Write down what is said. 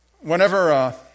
Whenever